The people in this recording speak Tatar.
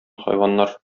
хайваннар